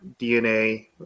DNA